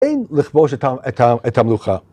אין לכבוש את המלוכה.